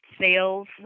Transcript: sales